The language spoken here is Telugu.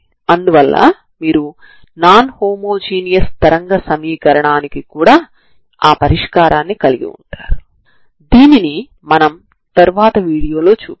వాస్తవానికి మనం ఈ టూ డైమెన్షనల్ తరంగ సమీకరణాన్ని సెపరేషన్ ఆఫ్ వేరియబుల్స్ పద్ధతిని ఉపయోగించి పరిష్కరిస్తాము